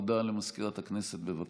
הודעה למזכירת הכנסת, בבקשה.